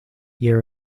year